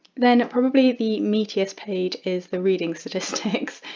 then probably the meatiest page is the reading statistics.